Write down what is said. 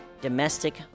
domestic